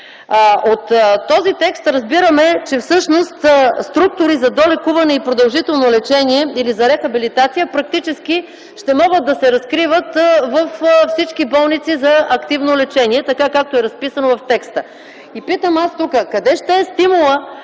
От този текст разбираме, че всъщност структури за долекуване и продължително лечение или за рехабилитация практически ще могат да се разкриват във всички болници за активно лечение, така както е разписано в текста. И питам аз тук къде ще е стимулът